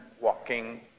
walking